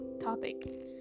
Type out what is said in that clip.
topic